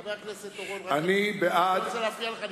חבר הכנסת אורון, אני לא רוצה להפריע לך.